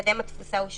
מקדם התפוסה הוא שונה,